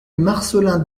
marcelin